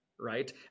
Right